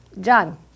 John